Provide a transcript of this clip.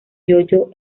giorgio